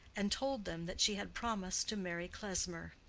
and told them that she had promised to marry klesmer.